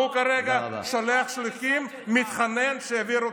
והוא כרגע שולח שליחים ומתחנן שיעבירו